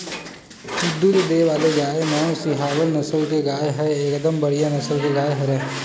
दूद देय वाले गाय म सहीवाल नसल के गाय ह एकदम बड़िहा नसल के गाय हरय